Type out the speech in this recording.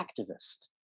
activist